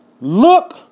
look